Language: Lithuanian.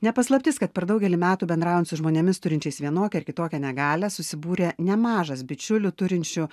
ne paslaptis kad per daugelį metų bendraujant su žmonėmis turinčiais vienokią ar kitokią negalią susibūrė nemažas bičiulių turinčių